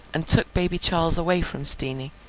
and took baby charles away from steenie,